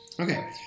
Okay